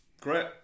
great